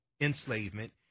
enslavement